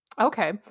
Okay